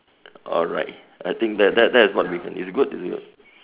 alright I think that that that is we can it's good it's good